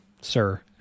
Sir